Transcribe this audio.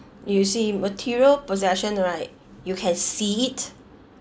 you see material possession right you can see it